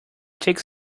takes